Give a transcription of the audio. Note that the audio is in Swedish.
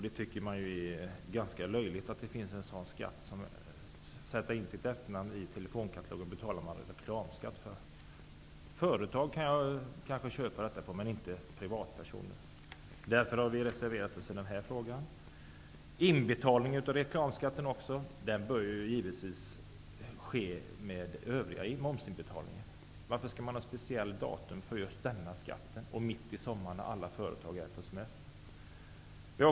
Att en sådan skatt finns, dvs. reklamskatt för att sätta in efternamnsuppgift i telefonkatalogen, tycker vi i Ny demokrati är ganska löjligt. Att företag kan få betala för det kan jag gå med på, men inte att privatpersoner skall behöva göra det. Vi har därför reserverat oss i denna fråga. Inbetalningen av reklamskatten bör givetvis ske samtidigt med övriga momsinbetalningar. Varför skall man ha ett speciellt datum för inbetalning av just denna skatt -- mitt i sommaren när de flesta företag har semesterstängt?